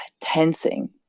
tensing